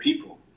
people